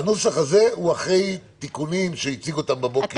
הנוסח הזה הוא אחרי תיקונים שהציג אותם בבוקר היועץ המשפטי.